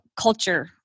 culture